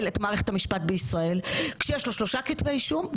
את מערכת המשפט בישראל כשיש לו שלושה כתבי אישום,